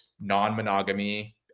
non-monogamy